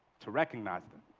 to recognize them,